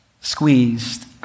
squeezed